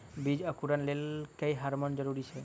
बीज अंकुरण लेल केँ हार्मोन जरूरी छै?